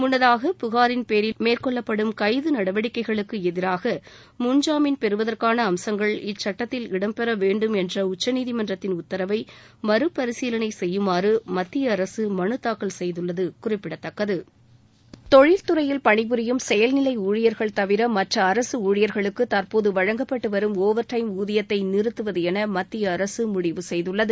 முன்னதாக புகாரின் பேரில் மேற்கொள்ளப்படும் கைது நடவடிக்கைகளுக்கு எதிராக முன் ஜாமீன் பெறுவதற்கான அம்சுங்கள் இச்சுட்டத்தில் இடம் பெற வேண்டும் என்ற உச்சநீதிமன்றத்தின் உத்தரவை மறபரிசீலனை செய்யுமாறு மத்திய அரசு மனுத்தாக்கல் செய்துள்ளது குறிப்பிடத்தக்கது தொழில்துறையில் பணிபுரியும் செயல்நிலை ஊழியர்கள் தவிர மற்ற அரசு ஊழியர்களுக்கு தற்போது வழங்கப்பட்டு வரும் ஓவர் டைம் ஊதியத்தை நிறுத்துவது என மத்திய அரசு முடிவு செய்துள்ளது